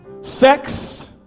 Sex